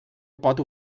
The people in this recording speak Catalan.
pot